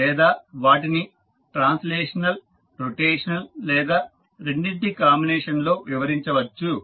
లేదా వాటిని translational rotational లేదా రెండింటి కాంబినేషన్ లో వివరించవచ్చు